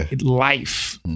Life